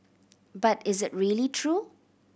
but is it really true